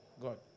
God